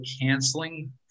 canceling